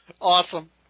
Awesome